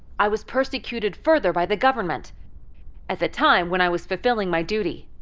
i was persecuted further by the government at the time when i was fulfilling my duty.